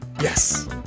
yes